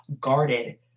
guarded